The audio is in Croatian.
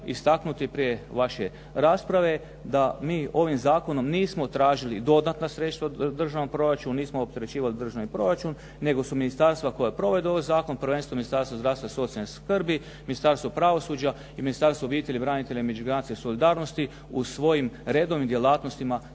istaknuti prije vaše rasprave da mi ovim zakonom nismo tražili dodatna sredstva u državnom proračunu, nismo opterećivali državni proračun, nego su ministarstva koja provode ovaj zakon, prvenstveno Ministarstvo zdravstva i socijalne skrbi, Ministarstvo pravosuđa i Ministarstvo obitelji, branitelja i međugeneracijske solidarnosti u svojim redovnim djelatnostima